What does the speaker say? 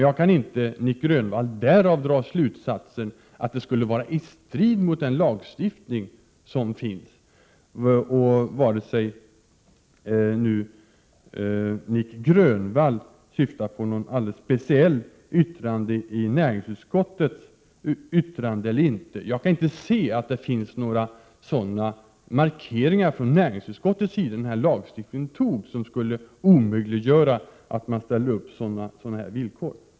Jag kan inte, Nic Grönvall, dra den slutsatsen att det skulle vara stridande mot gällande lagstiftning, oavsett om Nic Grönvall syftar på något alldeles speciellt yttrande i näringsutskottet eller ej. Jag kan inte se att det när lagstiftningen togs fanns några sådana markeringar från näringsutskottets sida som skulle förhindra att man ställde upp dessa villkor.